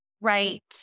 right